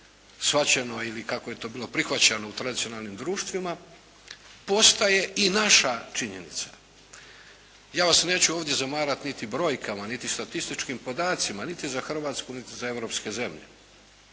shvaćeno ili kako je to bilo prihvaćano u tradicionalnim društvima, postaje i naša činjenica. Ja vas neću ovdje zamarat niti brojkama, niti statističkim podacima, niti za Hrvatsku, niti za europske zemlje.